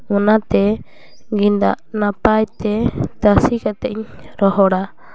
ᱚᱱᱟᱛᱮ ᱜᱮᱸᱫᱟᱜ ᱱᱟᱯᱟᱭᱛᱮ ᱛᱟᱥᱮ ᱠᱟᱛᱮᱫ ᱤᱧ ᱨᱚᱦᱚᱲᱟ